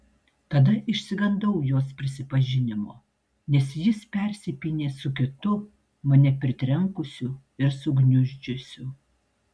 tada išsigandau jos prisipažinimo nes jis persipynė su kitu mane pritrenkusiu ir sugniuždžiusiu